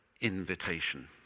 invitation